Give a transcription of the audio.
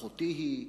"אחותי היא",